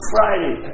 Friday